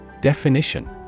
Definition